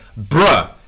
bruh